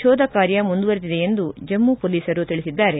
ಶೋಧ ಕಾರ್ಯ ಮುಂದುವರೆದಿದೆ ಎಂದು ಜಮ್ನು ಪೊಲೀಸರು ತಿಳಿಸಿದ್ದಾರೆ